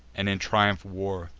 and in triumph wore.